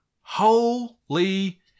Holy